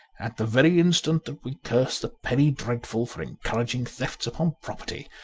at the very instant that we curse the penny dreadful for encouraging thefts upon property,